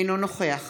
אינו נוכח